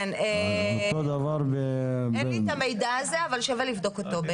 אין לי את המידע הזה, אבל שווה לבדוק אותו.